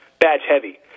badge-heavy